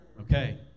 Okay